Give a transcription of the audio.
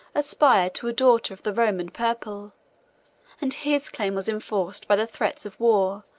aspired to a daughter of the roman purple and his claim was enforced by the threats of war,